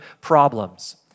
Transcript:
problems